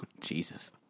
Jesus